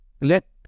Let